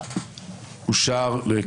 הצבעה אושרה.